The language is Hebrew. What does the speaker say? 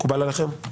מקובל עליכם?